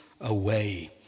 away